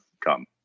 come